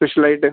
സ്പെഷ്യലായിട്ട്